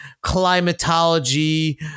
climatology